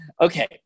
okay